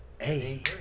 Hey